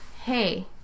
Hey